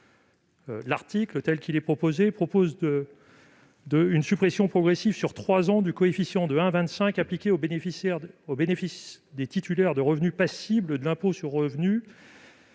L'article 7 instaure une suppression progressive sur trois ans du coefficient de 1,25 appliqué au bénéfice des titulaires de revenus passibles de l'impôt sur le revenu,